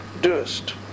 doest